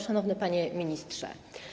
Szanowny Panie Ministrze!